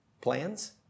plans